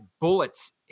bullets